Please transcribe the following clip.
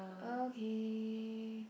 okay